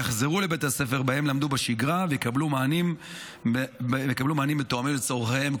יחזרו לבתי הספר שבהם למדו בשגרה ויקבלו מענים מותאמים לצורכיהם.